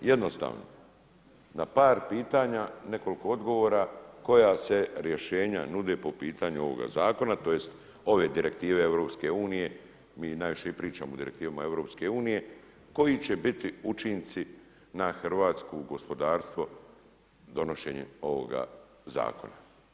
Jednostavno na par pitanja nekoliko odgovora koja se rješenja nude po pitanju ovoga zakona, tj. ove direktive EU, mi najviše i pričamo o direktivama EU, koji će biti učinci na hrvatsko gospodarstvo donošenjem ovoga zakona?